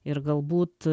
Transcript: ir galbūt